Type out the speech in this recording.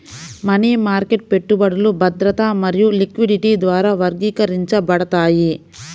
money market పెట్టుబడులు భద్రత మరియు లిక్విడిటీ ద్వారా వర్గీకరించబడతాయి